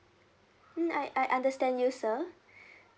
mm I I understand you sir